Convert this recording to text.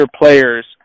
players